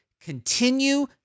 continue